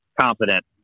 confident